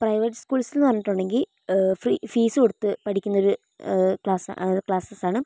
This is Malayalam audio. പ്രൈവറ്റ് സ്കൂൾസ് എന്നു പറഞ്ഞിട്ടുണ്ടെങ്കിൽ ഫീസ് കൊടുത്ത് പഠിക്കുന്നൊരു ക്ലാസ്സ് ക്ലാസസ്സാണ്